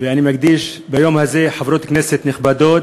אני מקדיש ביום הזה, חברות כנסת נכבדות,